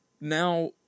Now